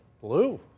Blue